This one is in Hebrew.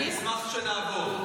אני אשמח שנעבור.